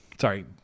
Sorry